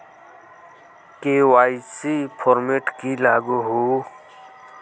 KYC format की लागोहो?